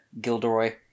Gilderoy